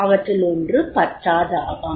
அவற்றில் ஒன்று பச்சாதாபம்